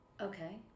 Okay